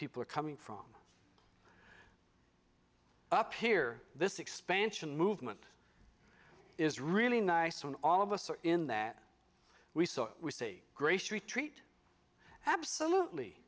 people are coming from up here this expansion movement is really nice when all of us are in that we saw it we see grace retreat absolutely